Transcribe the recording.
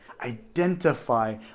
Identify